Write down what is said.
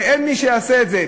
ואין מי שיעשה את זה.